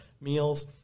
meals